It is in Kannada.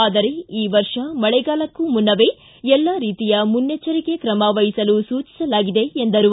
ಆದರೆ ಈ ವರ್ಷ ಮಳೆಗಾಲಕ್ಕೂ ಮುನ್ನವೇ ಎಲ್ಲಾ ರೀತಿಯ ಮುನ್ನೆಚ್ಚರಿಕೆ ತ್ರಮ ವಹಿಸಲು ಸೂಚಿಸಲಾಗಿದೆ ಎಂದರು